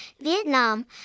Vietnam